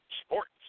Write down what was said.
Sports